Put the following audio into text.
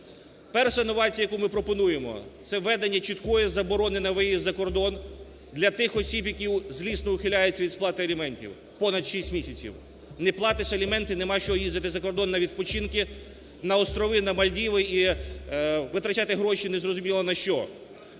Перша новація, яку ми пропонуємо, це введення чіткої заборони на виїзд за кордон для тих осіб, які злісно ухиляються від сплати аліментів понад 6 місяців. Не платиш аліментів, нема чого їздити за кордон на відпочинки, на острови, на Мальдіви і витрачати гроші незрозуміло на що.